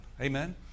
Amen